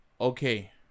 okay